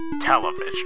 television